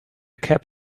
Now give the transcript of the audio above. cab